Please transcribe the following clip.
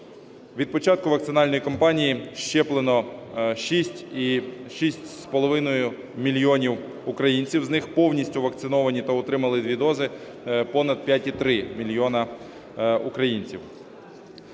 Від початку вакцинальної кампанії щеплено 6,5 мільйона українців, з них повністю вакциновані та отримали дві дози понад 5,3 мільйона українців.